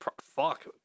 Fuck